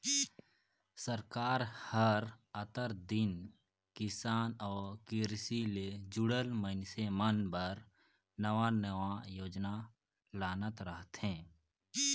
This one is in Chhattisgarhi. सरकार हर आंतर दिन किसान अउ किरसी ले जुड़ल मइनसे मन बर नावा नावा योजना लानत रहथे